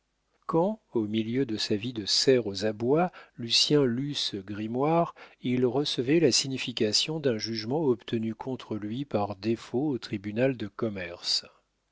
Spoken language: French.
quand au milieu de sa vie de cerf aux abois lucien lut ce grimoire il recevait la signification d'un jugement obtenu contre lui par défaut au tribunal de commerce